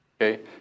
Okay